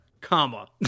comma